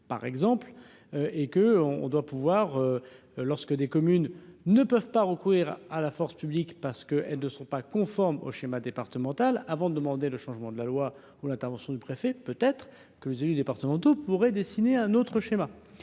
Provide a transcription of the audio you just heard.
par exemple, et que on, on doit pouvoir lorsque des communes ne peuvent pas recourir à la force publique parce que elles ne sont pas conformes au schéma départemental avant de demander le changement de la loi, où l'intervention du préfet, peut être que les élus départementaux pourrait dessiner un autre schéma